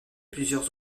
plusieurs